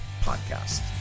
Podcast